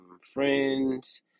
Friends